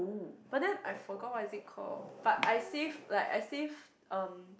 but then I forgot what is it called but I saved like I saved um